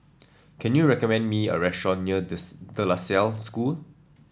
can you recommend me a restaurant near Des De La Salle School